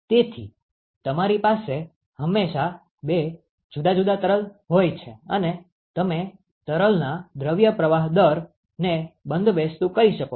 તેથી તમારી પાસે હંમેશાં બે જુદા જુદા તરલ હોઈ છે અને તમે તરલના દ્રવ્ય પ્રવાહ દરને બંધબેસતું કરી શકો છો